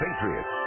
Patriots